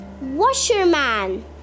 Washerman